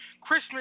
Christmas